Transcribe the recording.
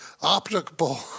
optical